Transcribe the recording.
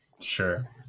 Sure